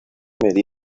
mail